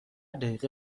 دیقه